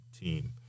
team